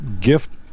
gift